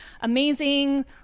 amazing